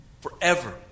Forever